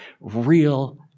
Real